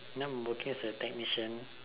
now I'm working as a technician